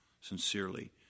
Sincerely